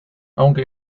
aunque